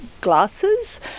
glasses